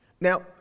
Now